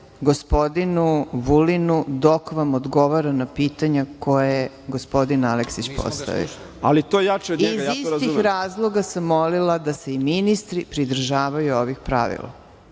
gospodinu Vulinu dok vam odgovara na pitanja koja je gospodin Aleksić postavio. Iz istih razloga sam molila da se i ministri pridržavaju ovih pravila. Ja